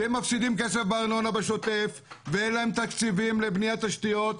שהם מפסידים כסף בארנונה בשוטף ואין להם תקציבים לבניית תשתיות,